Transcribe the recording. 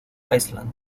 island